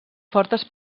fortes